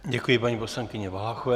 Děkuji paní poslankyni Valachové.